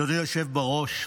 אדוני היושב בראש,